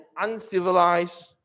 uncivilized